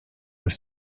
were